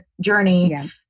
journey